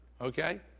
okay